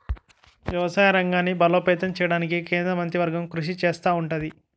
వ్యవసాయ రంగాన్ని బలోపేతం చేయడానికి కేంద్ర మంత్రివర్గం కృషి చేస్తా ఉంటది